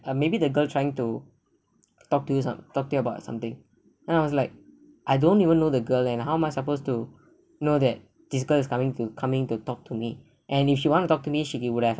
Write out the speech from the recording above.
or maybe the girl trying to talk to you some talk to you about something then I was like I don't even know the girl leh and how am I supposed to know that this girl is coming to coming to talk to me and if she want to talk to me she be would have